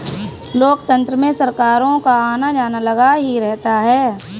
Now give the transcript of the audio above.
लोकतंत्र में सरकारों का आना जाना लगा ही रहता है